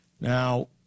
Now